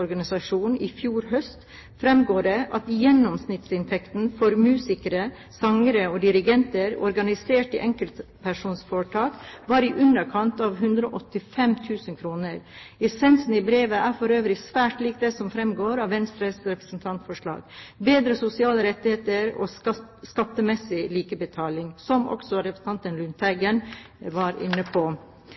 dirigenter organisert i enkeltpersonforetak var i underkant av 185 000 kr. Essensen i brevet er for øvrig svært likt det som framgår av Venstres representantforslag: bedre sosiale rettigheter og skattemessig likebehandling, som også representanten Lundteigen var inne på.